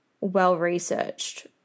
well-researched